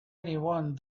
anyone